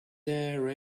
there